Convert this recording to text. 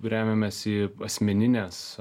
remiamės į asmenines